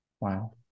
Wow